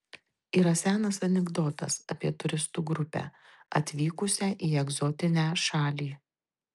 yra senas anekdotas apie turistų grupę atvykusią į egzotinę šalį